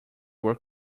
were